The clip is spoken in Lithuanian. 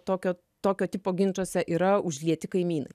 tokio tokio tipo ginčuose yra užlieti kaimynai